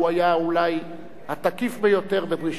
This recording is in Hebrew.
הוא היה אולי התקיף ביותר בדרישתו.